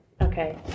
okay